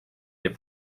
les